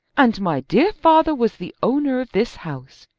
and my dear father was the owner of this house.